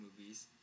movies